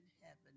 heaven